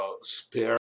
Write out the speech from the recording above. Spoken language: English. spare